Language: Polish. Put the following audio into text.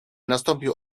nastąpił